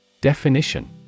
Definition